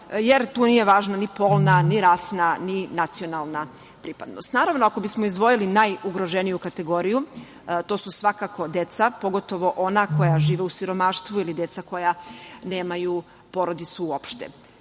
jer tu nije važna ni polna ni rasna ni nacionalna pripadnost. Naravno, ako bismo izdvojili najugroženiju kategoriju, to su svakako deca, pogotovo ona koja žive u siromaštvu ili deca koja nemaju porodicu uopšte.